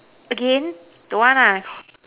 again don't want nah